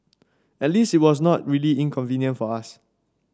at least it was not really inconvenient for us